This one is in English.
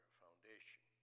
foundation